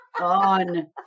on